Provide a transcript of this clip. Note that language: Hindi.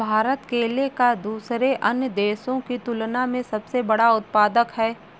भारत केले का दूसरे अन्य देशों की तुलना में सबसे बड़ा उत्पादक है